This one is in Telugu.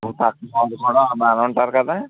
ఓ పక్కన వాళ్ళు కూడా బాగానే ఉంటారు కదా